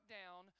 down